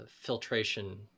filtration